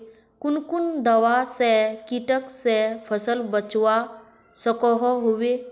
कुन कुन दवा से किट से फसल बचवा सकोहो होबे?